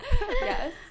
Yes